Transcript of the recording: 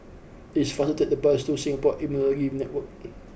it is faster to take the bus to Singapore Immunology Network